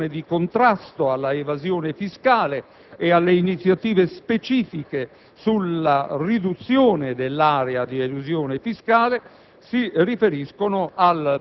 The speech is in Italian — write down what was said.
che riguardano l'azione di contrasto all'evasione fiscale e alle iniziative specifiche sulla riduzione dell'area di elusione fiscale;